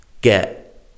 get